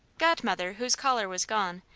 godmother, whose caller was gone,